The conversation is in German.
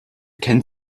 kennt